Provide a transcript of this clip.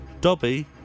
Dobby